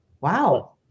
Wow